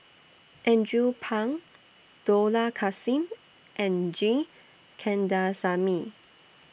Andrew Phang Dollah Kassim and G Kandasamy